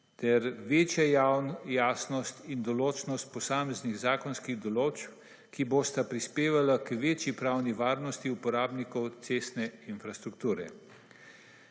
ter večja jasnost in določnost posameznih zakonskih določb, ki bosta prispevala k večji pravni varnosti uporabnikov cestne infrastrukture.